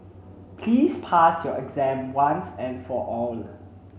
please pass your exam once and for all